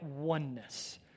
oneness